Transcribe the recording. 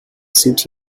suit